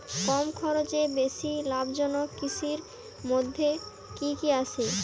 কম খরচে বেশি লাভজনক কৃষির মইধ্যে কি কি আসে?